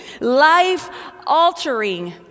life-altering